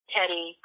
Teddy